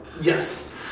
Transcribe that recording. Yes